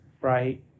Right